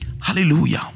Hallelujah